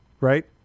right